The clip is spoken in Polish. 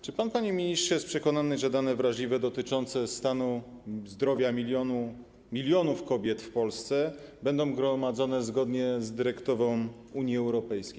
Czy pan, panie ministrze, jest przekonany, że dane wrażliwe dotyczące stanu zdrowia milionów kobiet w Polsce będą gromadzone zgodnie z dyrektywą Unii Europejskiej?